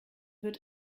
wird